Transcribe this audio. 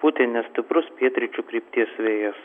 pūtė nestiprus pietryčių krypties vėjas